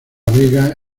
vega